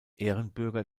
ehrenbürger